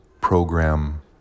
Program